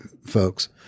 folks